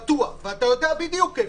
פתוח, ואתה יודע בדיוק איפה.